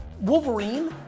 Wolverine